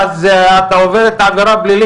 תסגרו את המצגת רגע,